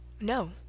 No